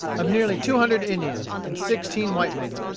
of nearly two hundred indians, and sixteen white men.